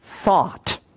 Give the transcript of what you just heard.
thought